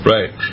Right